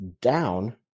down